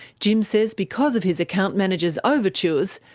jim says because of his account manager's overtures,